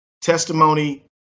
testimony